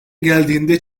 geldiğinde